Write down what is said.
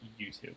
YouTube